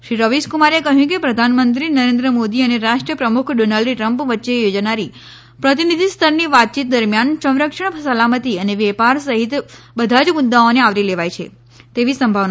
શ્રી રવિશ કુમારે કહ્યું કે પ્રધાનમંત્રી નરેન્દ્ર મોદી અને રાષ્ટ્ર પ્રમુખ ડોનાલ્ડ ટ્રમ્પ વચ્ચે યોજાનારી પ્રતિનિધિ સ્તરની વાતચીત દરમ્યાન સંરક્ષણ સલામતી અને વેપાર સહિત બધાજ મુદ્દાઓને આવરી લેવાય તેવી સંભાવના છે